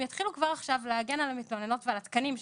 יתחילו כבר עכשיו להגן על המתלוננות ועל התקנים שלהן.